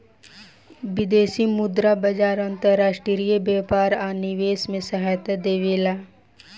विदेशी मुद्रा बाजार अंतर्राष्ट्रीय व्यापार आ निवेश में सहायता देबेला